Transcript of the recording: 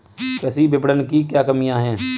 कृषि विपणन की क्या कमियाँ हैं?